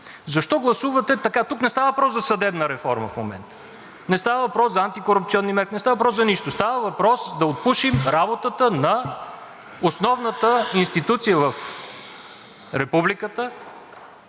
защо гласувате така?! Тук не става въпрос за съдебна реформа в момента, не става въпрос за антикорупционни мерки, не става въпрос за нищо, а става въпрос да отпушим работата на основната институция в Републиката,